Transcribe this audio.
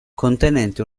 contenente